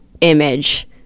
image